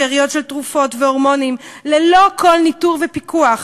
בשאריות של תרופות והורמונים ללא כל ניטור ופיקוח,